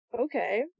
okay